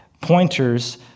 pointers